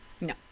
No